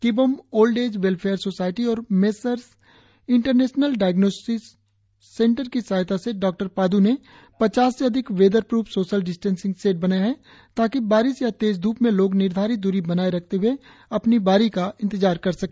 किबोम old age welfare society और messrs international diagnosis centre की सहायता से डॉक्टर पाद् ने पचास से अधिक weather proof social distancing shed बनाया है ताकि बारिश या तेज धूप में लोग निर्धारित दूरी बनाए रखते हुए अपनी बारी का इंतजार कर सके